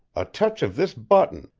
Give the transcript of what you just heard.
a touch of this button,